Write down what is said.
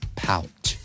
pouch